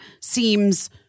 seems